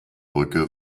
brücke